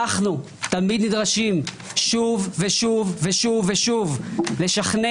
אנו תמיד נדרשים שוב ושוב ושוב לשכנע,